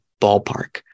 ballpark